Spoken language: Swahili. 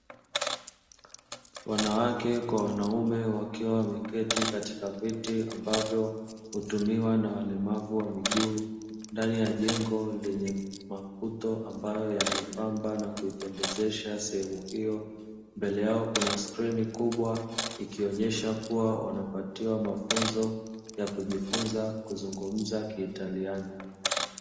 Wanawake kwa wanaume wakiwa wameketi katika viti ambavyo hutumiwa na walemavu wa miguu, ndani ya jengo lenye maputo ambayo yanaipamba na kuipendezesha sehemu hiyo; mbele yao kuna skrini kubwa ikionyesha kuwa, wanapatiwa mafunzo ya kujifunza kuzungumza Kiitaliano.